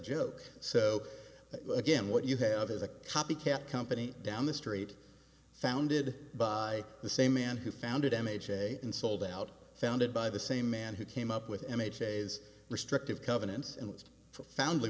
joke so again what you have is a copycat company down the street founded by the same man who founded m h a and sold out founded by the same man who came up with m h a's restrictive covenants and found